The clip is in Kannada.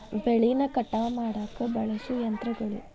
ಬೆಳಿನ ಕಟಾವ ಮಾಡಾಕ ಬಳಸು ಯಂತ್ರಗಳು